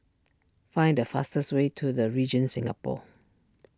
find the fastest way to the Regent Singapore